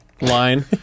Line